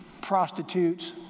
prostitutes